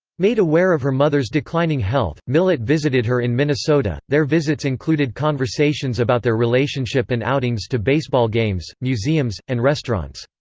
made aware of her mother's declining health, millett visited her in minnesota their visits included conversations about their relationship and outings to baseball games, museums, and restaurants.